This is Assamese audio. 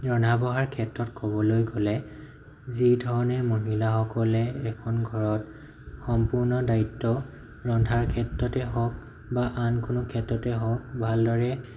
ৰন্ধা বঢ়াৰ ক্ষেত্ৰত ক'বলৈ গ'লে যি ধৰণে মহিলাসকলে এখন ঘৰত সম্পূৰ্ণ দায়িত্ব ৰন্ধাৰ ক্ষেত্ৰতে হওঁক বা আন কোনো ক্ষেত্ৰতে হওঁক ভালদৰে